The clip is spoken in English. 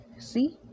See